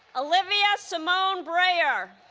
olivia simone brayer